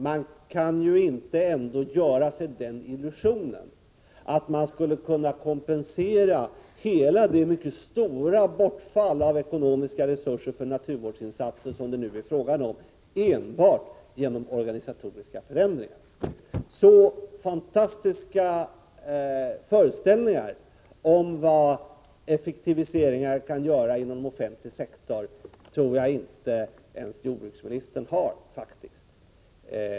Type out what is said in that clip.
Men man kan ändå inte göra sig den illusionen att man skulle kunna kompensera hela det mycket stora bortfall av ekonomiska resurser för naturvårdsinsatser som det nu är fråga om enbart genom organisatoriska förändringar. Så fantastiska föreställningar om vad effektiviseringar kan göra inom offentlig sektor tror jag inte ens jordbruksministern har.